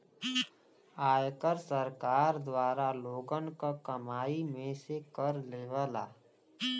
आयकर सरकार द्वारा लोगन क कमाई में से कर लेवला